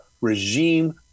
regime